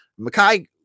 Makai